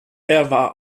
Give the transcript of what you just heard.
war